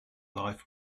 life